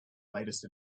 latest